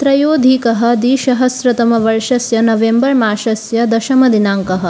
त्रयोधिकः द्विसहस्रतमवर्षस्य नवेम्बर्मासस्य दशमदिनाङ्कः